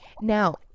Now